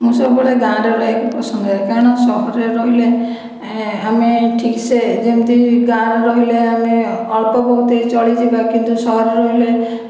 ମୁଁ ସବୁବେଳେ ଗାଁରେ ରହିବାକୁ ପସନ୍ଦ କରେ କାରଣ ସହରରେ ରହିଲେ ଆମେ ଠିକ୍ସେ ଯେମିତି ଗାଁରେ ରହିଲେ ଆମେ ଅଳ୍ପ ବହୁତେ ଚଳିଯିବା କିନ୍ତୁ ସହରରେ ରହିଲେ